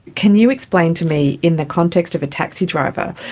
can you explain to me, in the context of a taxi driver,